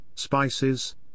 spices